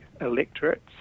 electorates